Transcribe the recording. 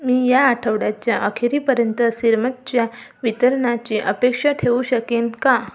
मी या आठवड्याच्या अखेरीपर्यंत सिरमतच्या वितरणाची अपेक्षा ठेवू शकेन का